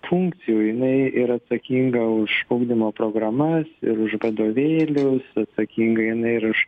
funkcijų jinai ir atsakinga už ugdymo programas ir už vadovėlius atsakinga jinai ir už